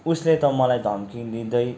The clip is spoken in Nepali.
उसले त मलाई धम्की दिँदै